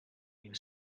you